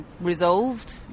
resolved